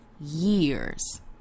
years